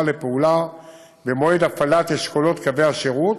לפעולה במועד הפעלת אשכולות קווי השירות